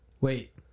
Wait